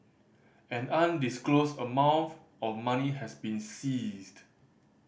an undisclosed amount of money has been seized